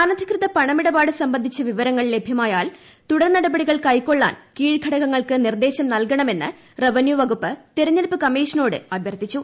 അനധികൃത പണമിടപാട് സംബന്ധിച്ച വിവരങ്ങൾ ലഭൃമായാൽ തുടർ നടപടി കൈക്കൊള്ളാൻ കീഴ്ഘടകങ്ങൾക്ക് നിർദ്ദേശം നൽകണമെന്ന് റവന്യൂ വകുപ്പ് തിരഞ്ഞെടുപ്പ് കമ്മീഷനോട് അഭ്യർത്ഥിച്ചു